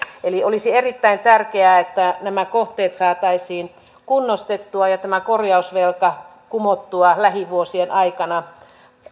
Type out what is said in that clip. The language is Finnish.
eli olisi erittäin tärkeää että nämä kohteet saataisiin kunnostettua ja tämä korjausvelka kumottua lähivuosien aikana